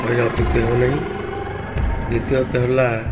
କହିଲେ ଅତ୍ୟୁକ୍ତି ହେବ ନାହିଁ ଦିତୀୟତ ହେଲା